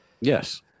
Yes